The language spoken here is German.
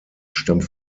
stammt